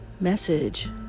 message